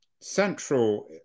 central